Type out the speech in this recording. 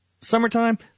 summertime